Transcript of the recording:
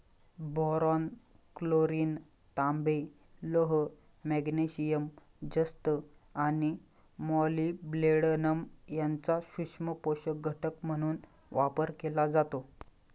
boron, chlorine, तांबे, लोह, magnesium, जस्त आणि मॉलिब्डेनम यांचा सूक्ष्म पोषक घटक म्हणून वापर केला जातो